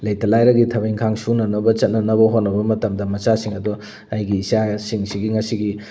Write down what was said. ꯂꯩꯇ ꯂꯥꯏꯔꯒꯤ ꯊꯕꯛ ꯏꯪꯈꯥꯡ ꯁꯨꯅꯅꯕ ꯆꯠꯅꯅꯕ ꯍꯣꯠꯅꯕ ꯃꯇꯝꯗ ꯃꯆꯥꯁꯤꯡ ꯑꯗꯣ ꯑꯩꯒꯤ ꯏꯆꯥꯁꯤꯡꯁꯤꯒꯤ ꯉꯁꯤꯒꯤ